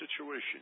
situation